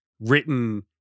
written